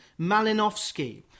Malinovsky